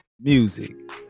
music